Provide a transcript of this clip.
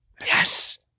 yes